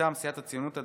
מטעם סיעת הציונות הדתית,